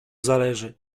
zależy